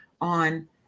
on